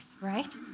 right